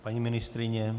Paní ministryně?